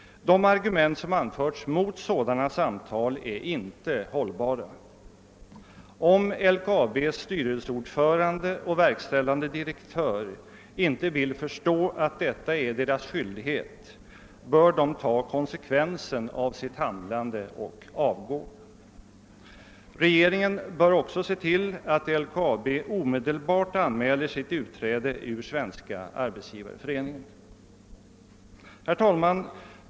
De argument som har anförts mot sådana samtal är inte hållbara. Om LKAB:s styrelseordförande och verkställande direktör inte vill förstå, att detta är deras skyldighet, bör de ta konsekvensen av sitt handlande och avgå. Regeringen bör också se till att LKAB omedelbart anmäler sitt utträde ur Svenska arbetsgivareföreningen. Herr talman!